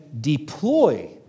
deploy